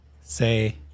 say